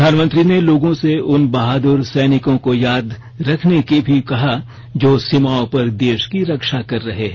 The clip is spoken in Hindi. प्रधानमंत्री ने लोगों से उन बहादुर सैनिकों को याद रखने को भी कहा जो सीमाओं पर देश की रक्षा कर रहे हैं